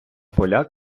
поля